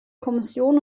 kommission